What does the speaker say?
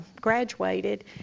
graduated